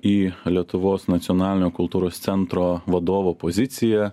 į lietuvos nacionalinio kultūros centro vadovo poziciją